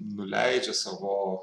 nuleidžia savo